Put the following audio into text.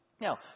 Now